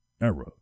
era